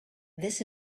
this